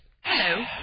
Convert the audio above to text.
Hello